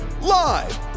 Live